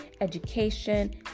education